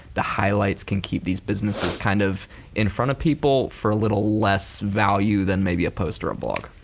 the highlights can keep these businesses kind of in front of people for a little less value than maybe a post or a blog.